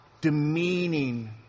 demeaning